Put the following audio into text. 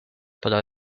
para